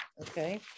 okay